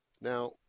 Now